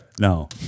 No